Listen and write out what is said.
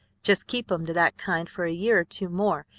just keep em to that kind for a year or two more,